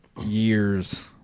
years